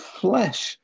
flesh